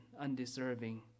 undeserving